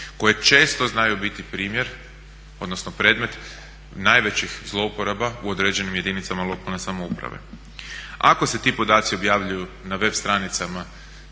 koje često znaju biti primjer odnosno predmet najvećih zlouporaba u određenim jedinicama lokalne samouprave. Ako se ti podaci objavljuju na web stranicama